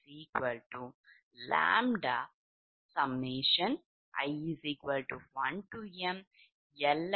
35 மற்றும் 41 இலிருந்து பெறுவது ∆CTʎi1mLi 1∆Pgiʎ∆PL